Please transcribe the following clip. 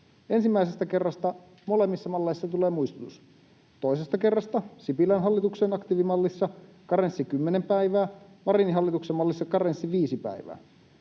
Ensimmäisestä kerrasta molemmissa malleissa tulee muistutus. Toisesta kerrasta Sipilän hallituksen aktiivimallissa karenssi 10 päivää, Marinin hallituksen mallissa karenssi 5 päivää.